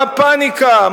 מה הפניקה?